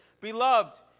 beloved